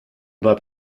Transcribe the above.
mois